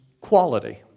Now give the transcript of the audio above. quality